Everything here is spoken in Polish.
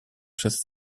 przez